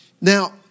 Now